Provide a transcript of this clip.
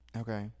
Okay